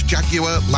Jaguar